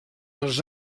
els